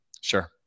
Sure